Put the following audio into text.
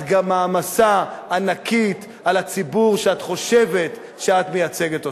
את גם מעמסה ענקית על הציבור שאת חושבת שאת מייצגת אותו.